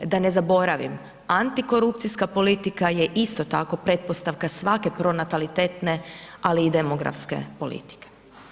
Da ne zaboravim, antikorupcijska politika je isto tako pretpostavka svake pronatalitetne ali i demografske politike.